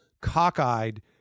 cockeyed